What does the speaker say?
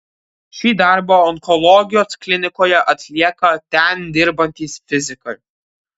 šį darbą onkologijos klinikoje atlieka ten dirbantys fizikai